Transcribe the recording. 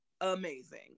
amazing